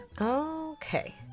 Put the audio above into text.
Okay